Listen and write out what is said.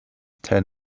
ten